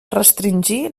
restringir